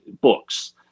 books